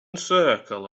circle